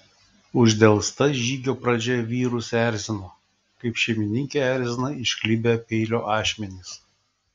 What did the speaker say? uždelsta žygio pradžia vyrus erzino kaip šeimininkę erzina išklibę peilio ašmenys